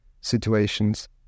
situations